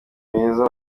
beza